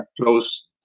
close